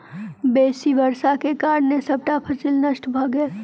बेसी वर्षाक कारणें सबटा फसिल नष्ट भ गेल